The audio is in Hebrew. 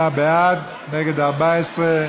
88 בעד, נגד, 14,